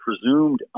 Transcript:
presumed